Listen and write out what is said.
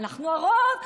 אנחנו הרוב,